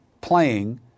playing